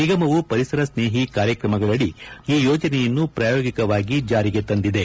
ನಿಗಮವು ಪರಿಸರ ಸ್ನೇಹಿ ಕಾರ್ಯಕ್ರಮಗಳಡಿ ಈ ಯೋಜನೆಯನ್ನು ಪ್ರಾಯೋಗಿಕವಾಗಿ ಜಾರಿಗೆ ತಂದಿದೆ